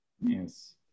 Yes